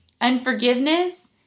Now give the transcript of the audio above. Unforgiveness